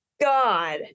God